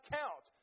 count